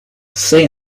say